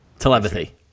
Telepathy